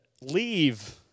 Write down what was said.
leave